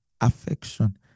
affection